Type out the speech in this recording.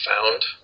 found